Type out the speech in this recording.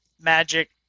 magic